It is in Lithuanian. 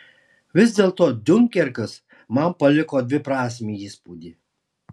vis dėlto diunkerkas man paliko dviprasmį įspūdį